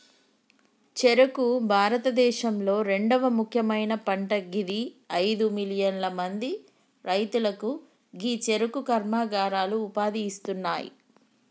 చెఱుకు భారతదేశంలొ రెండవ ముఖ్యమైన పంట గిది అయిదు మిలియన్ల మంది రైతులకు గీ చెఱుకు కర్మాగారాలు ఉపాధి ఇస్తున్నాయి